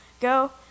Go